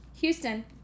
Houston